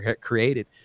created